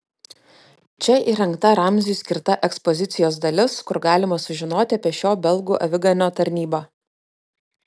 čia įrengta ramziui skirta ekspozicijos dalis kur galima sužinoti apie šio belgų aviganio tarnybą